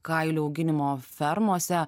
kailių auginimo fermose